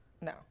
no